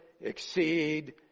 exceed